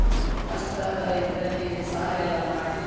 ಕಷ್ಟದ ಇದರಲ್ಲಿ ಸಾಲ ಎಲ್ಲ ಮಾಡಿ